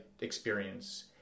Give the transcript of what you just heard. experience